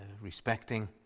respecting